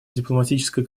дипломатической